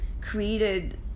created